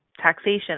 taxation